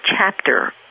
chapter